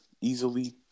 easily